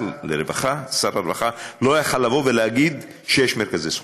הרווחה לא היה יכול להגיד שיש מרכזי זכויות.